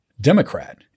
Democrat